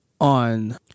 on